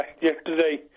yesterday